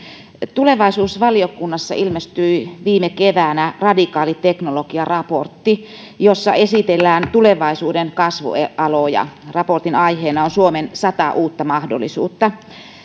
tulevaisuusvaliokunnassa ilmestyi viime keväänä radikaali teknologia raportti jossa esitellään tulevaisuuden kasvualoja raportin aiheena on suomen sata uutta mahdollisuutta